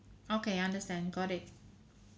okay understand got it